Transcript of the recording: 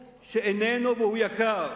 שאיננו, והוא יקר.